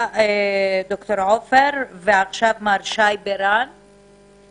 עכשיו, מר שי בירן מההסתדרות.